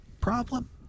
problem